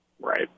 Right